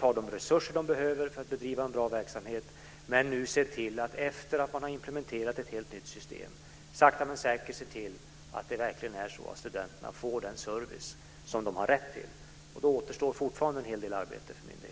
har de resurser man behöver för att bedriva en bra verksamhet och att se till att efter att man har implementerat ett helt nytt system sakta men säkert ser till att studenterna verkligen får den service som de har rätt till. Då återstår fortfarande en hel del arbete för myndigheten.